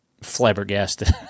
flabbergasted